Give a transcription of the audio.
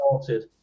started